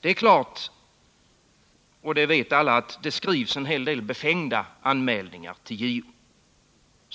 Det är klart —det vet alla —att det skrivs en hel del befängda anmälningar till